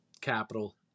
capital